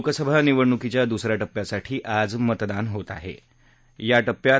लोकसभा निवडणुकीच्या दुसऱ्या टप्प्यासाठी आज मतदान होत आहात्मा टप्प्यात